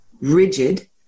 rigid